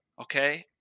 Okay